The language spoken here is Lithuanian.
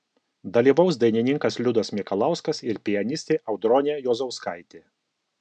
dalyvaus dainininkas liudas mikalauskas ir pianistė audronė juozauskaitė